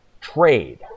trade